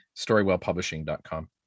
storywellpublishing.com